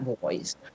boys